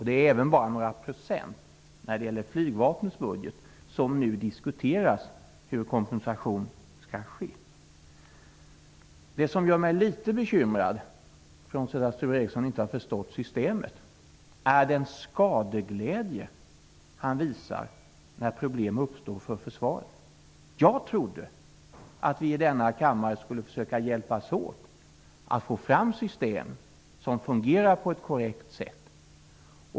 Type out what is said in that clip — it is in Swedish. Det är även bara några procent av flygvapnets budget, där det nu diskuteras hur kompensation skall ske. Det som gör mig litet bekymrad -- frånsett att Sture Ericson inte har förstått systemet -- är den skadeglädje Sture Ericson visar när problem uppstår för försvaret. Jag trodde att vi i denna kammare skulle försöka hjälpas åt att få fram system som fungerar på ett korrekt sätt.